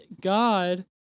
God